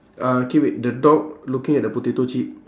uh K wait the dog looking at the potato chip